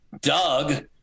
Doug